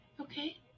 Okay